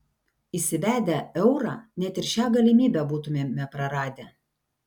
įsivedę eurą net ir šią galimybę būtumėme praradę